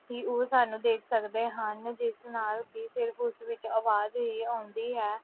ਹੀ ਉਹ ਸਾਨੂੰ ਦੇਖ ਸਕਦੇ ਹਨ ਜਿਸ ਨਾਲ ਕਿ ਸਿਰਫ਼ ਉਸ ਵਿੱਚ ਆਵਾਜ਼ ਹੀ ਆਉਂਦੀ ਹੈ